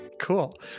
Cool